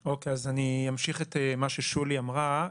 אוקיי, אז אני אמשיך את מה ששולי אמרה.